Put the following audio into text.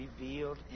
revealed